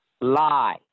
lie